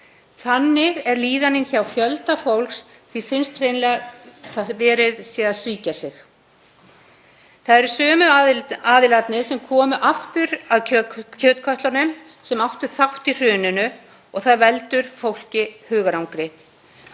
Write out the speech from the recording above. Þannig er líðanin hjá fjölda fólks. Því finnst hreinlega að verið sé að svíkja það. Það eru sömu aðilarnir sem koma aftur að kjötkötlunum og áttu þátt í hruninu og það veldur fólki hugarangri.